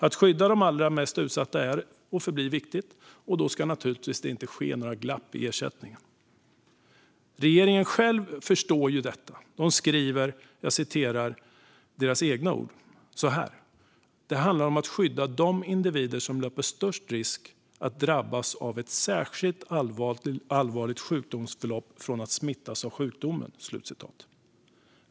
Att skydda de allra mest utsatta är och förblir viktigt. Då ska det naturligtvis inte bli några glapp i ersättningen. Regeringen själv förstår detta. Den skriver med egna ord: Det handlar om att "skydda de individer som löper störst risk att drabbas av ett särskilt allvarligt sjukdomsförlopp från att smittas av sjukdomen".